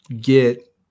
get